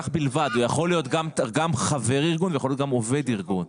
הוא יכול להיות גם חבר ארגון וגם עובד ארגון.